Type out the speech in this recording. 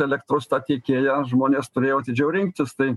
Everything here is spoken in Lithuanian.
elektros tiekėją žmonės turėjo atidžiau rinktis tai